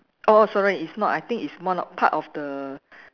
oh sorry it's not I think it's more not part of the